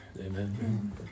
Amen